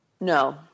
No